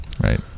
Right